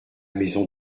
maison